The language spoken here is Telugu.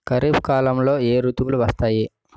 ఖరిఫ్ కాలంలో ఏ ఋతువులు వస్తాయి?